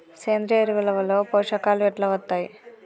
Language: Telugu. సేంద్రీయ ఎరువుల లో పోషకాలు ఎట్లా వత్తయ్?